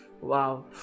wow